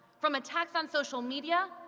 from attacks on social media,